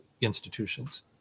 institutions